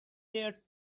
their